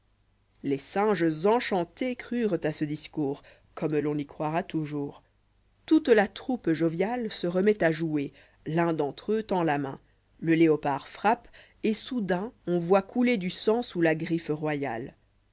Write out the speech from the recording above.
les singes enchantés crurent à ce discours comme l'on y croira toujours toute la troupe joviale se remet à jouer l'un d'entre eux tend la main le léopard frappe et soudain on voit couler du sang sous la griffe royale